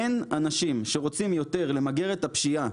אין אנשים שרוצים יותר למגר את הפשיעה,